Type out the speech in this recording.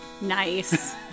Nice